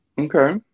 Okay